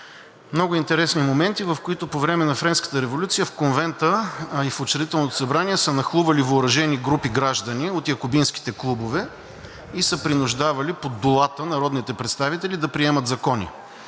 Много интересни моменти, в които по време на Френската революция в Конвента, а и в Учредителното събрание са нахлували въоръжени групи граждани от Якобинските клубове и са принуждавали под дулата народните представители да приемат закони,